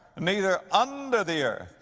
neither under the earth.